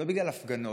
לא בגלל הפגנות,